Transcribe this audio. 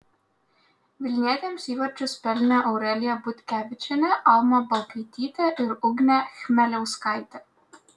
vilnietėms įvarčius pelnė aurelija butkevičienė alma balkaitytė ir ugnė chmeliauskaitė